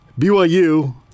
BYU